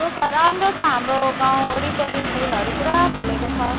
थुप्रो छ राम्रो छ हाम्रो गाउँ वरिपरि फुलहरू पुरा फुलेको छ